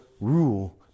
rule